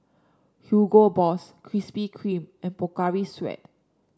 Hugo Boss Krispy Kreme and Pocari Sweat